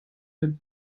with